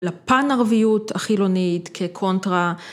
לפן ערביות החילונית כקונטרה.